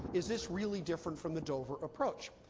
is this really different from the dover approach?